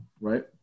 right